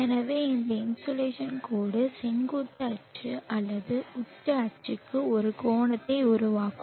எனவே இந்த இன்சோலேஷன் கோடு செங்குத்து அச்சு அல்லது உச்ச அச்சுக்கு ஒரு கோணத்தை உருவாக்கும்